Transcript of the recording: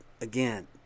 again